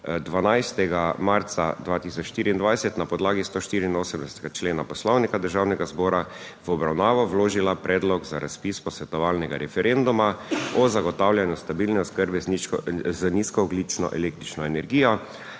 12. marca 2024 na podlagi 184. člena poslovnika državnega zbora. V obravnavo vložila predlog za razpis posvetovalnega referenduma o zagotavljanju stabilne oskrbe z nizkoogljično električno energijo,